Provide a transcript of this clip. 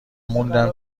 موندم